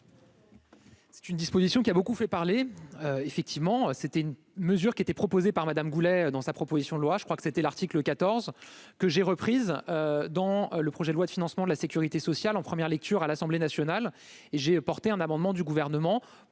C'est une disposition qui a beaucoup fait parler, effectivement, c'était une mesure qui était proposée par Madame Goulet dans sa proposition de loi, je crois que c'était l'article 14 que j'ai reprise dans le projet de loi de financement de la Sécurité sociale, en première lecture à l'Assemblée nationale et j'ai porté un amendement du gouvernement